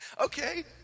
okay